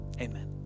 amen